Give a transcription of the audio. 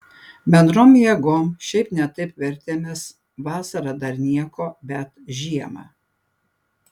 bendrom jėgom šiaip ne taip vertėmės vasarą dar nieko bet žiemą